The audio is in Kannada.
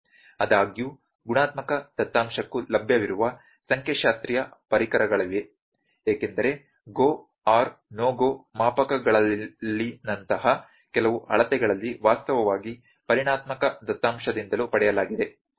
ಆದಾಗ್ಯೂ ಗುಣಾತ್ಮಕ ದತ್ತಾಂಶಕ್ಕೂ ಲಭ್ಯವಿರುವ ಸಂಖ್ಯಾಶಾಸ್ತ್ರೀಯ ಪರಿಕರಗಳಿವೆ ಏಕೆಂದರೆ GO NO GO ಮಾಪಕಗಳಲ್ಲಿನಂತಹ ಕೆಲವು ಅಳತೆಗಳಲ್ಲಿ ವಾಸ್ತವವಾಗಿ ಪರಿಮಾಣಾತ್ಮಕ ದತ್ತಾಂಶದಿಂದಲೂ ಪಡೆಯಲಾಗಿದೆ